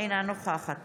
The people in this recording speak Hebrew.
אינה נוכחת